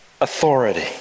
authority